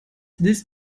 willst